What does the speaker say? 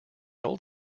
old